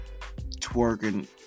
twerking